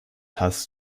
hast